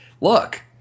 look